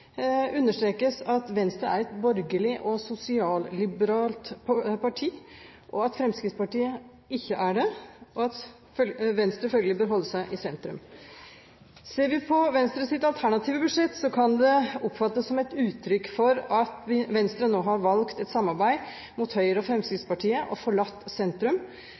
understrekes at Venstre er et borgerlig og sosialliberalt parti, at Fremskrittspartiet ikke er det, og at Venstre følgelig bør holde seg i sentrum. Ser vi på Venstres alternative budsjett, kan det oppfattes som et uttrykk for at Venstre nå har valgt et samarbeid med Høyre og Fremskrittspartiet og forlatt sentrum,